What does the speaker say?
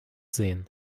sehen